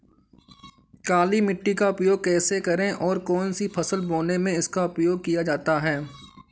काली मिट्टी का उपयोग कैसे करें और कौन सी फसल बोने में इसका उपयोग किया जाता है?